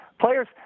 players